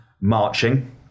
marching